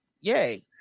Yay